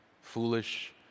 foolish